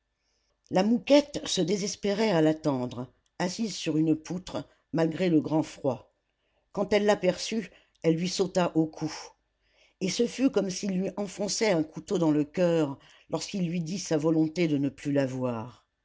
la mouquette se désespérait à l'attendre assise sur une poutre malgré le grand froid quand elle l'aperçut elle lui sauta au cou et ce fut comme s'il lui enfonçait un couteau dans le coeur lorsqu'il lui dit sa volonté de ne plus la voir